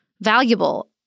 valuable